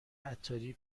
عطاری